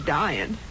dying